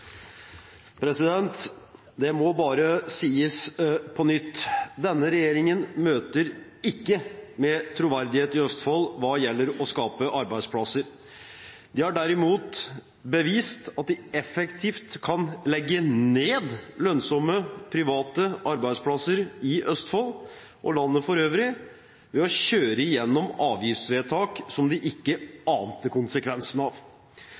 Det må bare sies på nytt: Denne regjeringen møter ikke med troverdighet i Østfold hva gjelder å skape arbeidsplasser. De har derimot bevist at de effektivt kan legge ned lønnsomme private arbeidsplasser i Østfold og i landet for øvrig, ved å kjøre igjennom avgiftsvedtak som de ikke ante konsekvensen av.